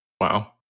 Wow